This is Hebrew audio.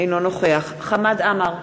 אינו נוכח חמד עמאר,